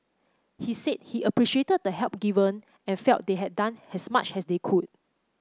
he said he appreciated the help given and felt they had done has much has they could